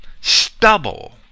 stubble